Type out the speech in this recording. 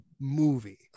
movie